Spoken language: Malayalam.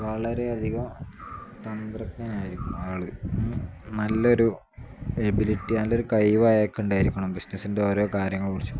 വളരെയധികം തന്ത്രജ്നായിരിക്കണം ആൾ നല്ലൊരു എബിലിറ്റി നല്ലൊരു കൈ വഴക്കമുണ്ടായിരിക്കണം ബിസിനസ്സിൻ്റെ ഓരോ കാര്യങ്ങളെ കുറിച്ചും